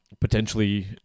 potentially